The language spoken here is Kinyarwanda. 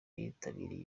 yitabiriye